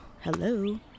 Hello